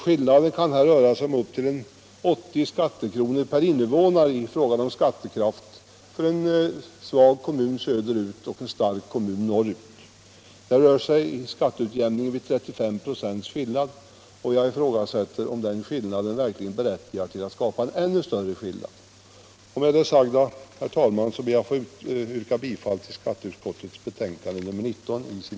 Skillnaden i skattekraft mellan en svag kommun söderut och en stark kommun norrut kan vara 80 skattekronor per invånare. Det rör sig om en skatteutjämning vid 35 96 skillnad, och jag ifrågasätter om den skillnaden verkligen berättigar till att ännu större skillnad skapas. Med det sagda ber jag, herr talman, att få yrka bifall till utskottets hemställan.